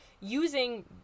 using